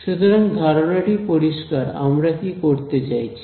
সুতরাং ধারণাটি পরিষ্কার আমরা কি করতে চাইছি